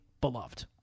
beloved